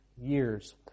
years